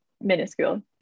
minuscule